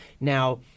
Now